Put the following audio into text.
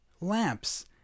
lamps